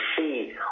see